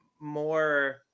more